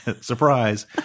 Surprise